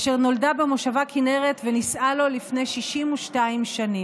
אשר נולדה במושבה כינרת ונישאה לו לפני 62 שנים.